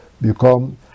become